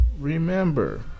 Remember